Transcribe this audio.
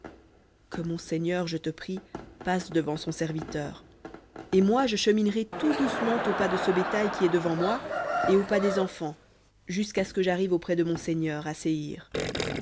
que mon seigneur je te prie passe devant son serviteur et moi je cheminerai tout doucement au pas de ce bétail qui est devant moi et au pas des enfants jusqu'à ce que j'arrive auprès de mon seigneur